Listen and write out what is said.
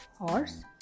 Horse